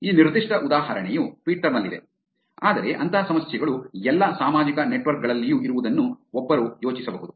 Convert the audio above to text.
ಈ ನಿರ್ದಿಷ್ಟ ಉದಾಹರಣೆಯು ಟ್ವಿಟರ್ ನಲ್ಲಿದೆ ಆದರೆ ಅಂತಹ ಸಮಸ್ಯೆಗಳು ಎಲ್ಲಾ ಸಾಮಾಜಿಕ ನೆಟ್ವರ್ಕ್ ಗಳಲ್ಲಿಯೂ ಇರುವುದನ್ನು ಒಬ್ಬರು ಯೋಚಿಸಬಹುದು